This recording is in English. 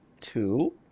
Two